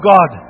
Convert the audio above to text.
God